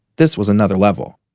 this was another level.